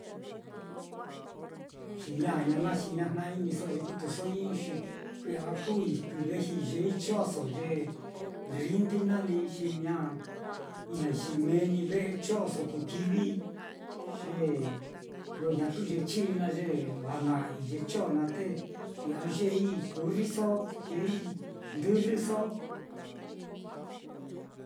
Ye ñaña naá xi ña jna-iniso ye kutuso i'ii, xi kui'ya kuui ve eei chonso ye rrindi naá li xi ña ijñai xi meni ve'e chonso kukivii, ye lo ñatu ye china ye lana'ai ye chon naá, te kui'ya yeei kurriso yeei ndɨrrɨso.